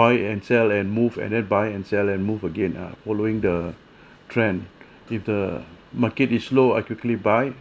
buy and sell and move and then buy and sell and move again ah following the trend if the market is low I quickly buy